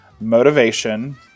motivation